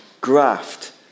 graft